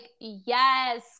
yes